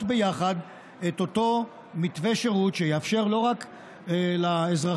ביחד את אותו מתווה שירות שיאפשר לא רק לאזרחים,